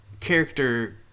character